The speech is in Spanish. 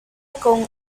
con